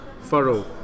furrow